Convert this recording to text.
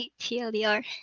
TLDR